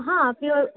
हां प्युअर